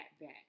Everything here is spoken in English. back